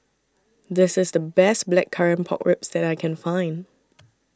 This IS The Best Blackcurrant Pork Ribs that I Can Find